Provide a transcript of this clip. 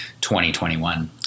2021